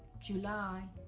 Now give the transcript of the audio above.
july.